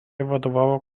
vadovavo